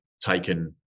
taken